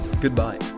goodbye